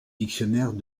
dictionnaire